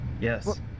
yes